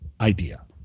idea